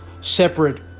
separate